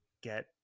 get